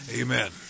amen